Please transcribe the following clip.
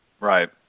Right